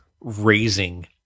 raising